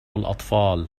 الأطفال